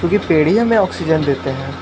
क्योंकि पेड़ ही हमें ऑक्सीजन देते हैं